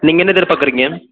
நீங்கள் என்ன எதிர் பார்க்குறீங்க